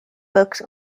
books